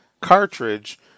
cartridge